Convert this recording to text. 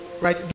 right